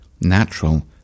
natural